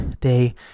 day